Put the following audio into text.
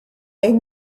est